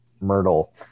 Myrtle